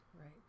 right